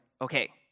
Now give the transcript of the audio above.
okay